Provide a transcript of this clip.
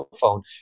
phone